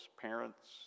parents